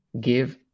give